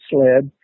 Sled